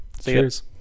Cheers